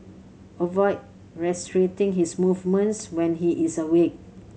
avoid restricting his movements when he is awake